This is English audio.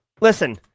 listen